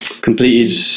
Completed